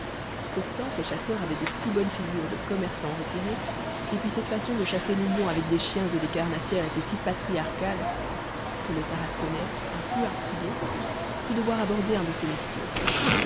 pourtant ces chasseurs avaient de si bonnes figures de commerçants retirés et puis cette façon de chasser le lion avec des chiens et des carnassières était si patriarcale que le tarasconnais un peu intrigué crut devoir aborder un de ces messieurs